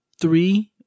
three